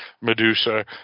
Medusa